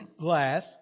glass